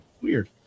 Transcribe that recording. Weird